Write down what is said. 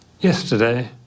yesterday